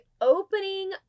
opening